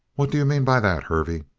what do you mean by that, hervey?